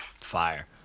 fire